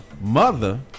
mother